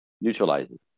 neutralizes